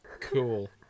Cool